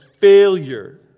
failure